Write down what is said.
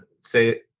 say –